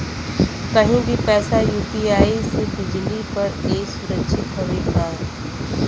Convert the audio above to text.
कहि भी पैसा यू.पी.आई से भेजली पर ए सुरक्षित हवे का?